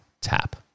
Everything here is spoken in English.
tap